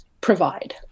provide